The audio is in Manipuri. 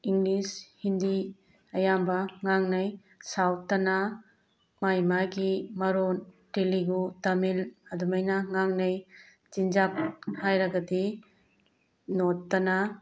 ꯏꯪꯂꯤꯁ ꯍꯤꯟꯗꯤ ꯑꯌꯥꯝꯕ ꯉꯥꯡꯅꯩ ꯁꯥꯎꯠꯇꯅ ꯃꯥꯏ ꯃꯥꯒꯤ ꯃꯔꯣꯟ ꯇꯦꯂꯤꯒꯨ ꯇꯥꯃꯤꯜ ꯑꯗꯨꯃꯥꯏꯅ ꯉꯥꯡꯅꯩ ꯆꯤꯟꯖꯥꯛ ꯍꯥꯏꯔꯒꯗꯤ ꯅꯣꯔꯠꯇꯅ